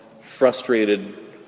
frustrated